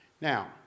Now